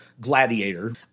gladiator